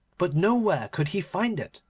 but nowhere could he find it.